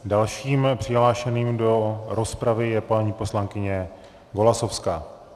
Dalším přihlášeným do rozpravy je paní poslankyně Golasowská.